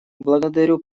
благодарю